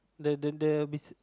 the the the be